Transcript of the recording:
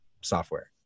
software